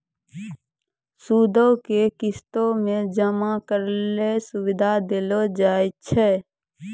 सूदो के किस्तो मे जमा करै के सुविधा देलो जाय छै